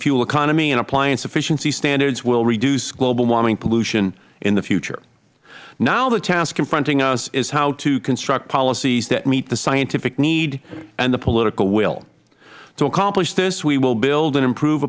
fuel economy and appliance efficiency standards will reduce global warming pollution in the future now the task confronting us is how to construct policies that meet the scientific need and the political will to accomplish this we will build and improve